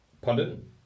Pardon